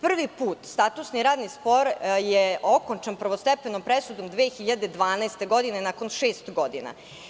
Prvi put statusni radni spor je okončan prvostepenom presudom 2012. godine, nakon šest godina.